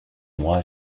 moi